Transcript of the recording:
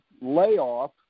layoff